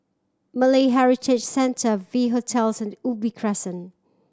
Malay Heritage Centre V Hotels and Ubi Crescent